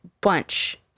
bunch